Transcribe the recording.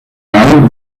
err